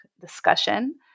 discussion